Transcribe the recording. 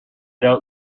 don’t